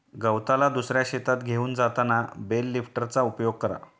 गवताला दुसऱ्या शेतात घेऊन जाताना बेल लिफ्टरचा उपयोग करा